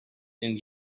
and